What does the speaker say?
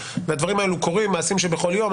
הדברים האלה קורים, אלה מעשים שבכל יום.